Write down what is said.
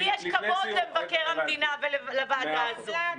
לי יש כבוד למבקר המדינה ולוועדה הזו.